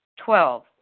Twelve